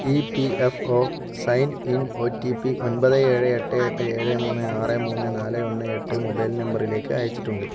E P F O sign in O T P ഒൻപത് ഏഴ് എട്ട് എട്ട് ഏഴ് മൂന്ന് ആറ് മൂന്ന് നാല് ഒന്ന് എട്ട് മൊബൈൽ നമ്പറിലേക്ക് അയച്ചിട്ടുണ്ട്